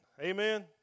Amen